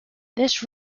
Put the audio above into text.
this